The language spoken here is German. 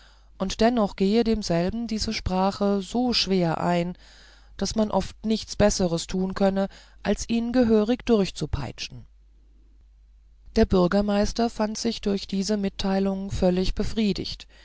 und dennoch gehe demselben diese sprache so schwer ein daß man oft nichts besseres tun könne als ihn gehörig durchzupeitschen der bürgermeister fand sich durch diese mitteilung völlig befriedigt